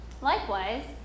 Likewise